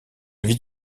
vis